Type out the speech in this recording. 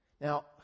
Now